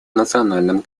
национальном